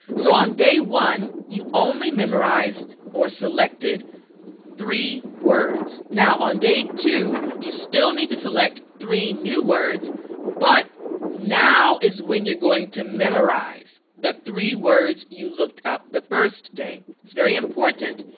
so on day one you only memorized or selected three words. now on day two you still need to select three new words but now is when you're going to memorize the three words you looked up the first day. it's very important,